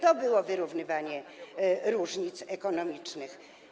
To było wyrównywanie różnic ekonomicznych.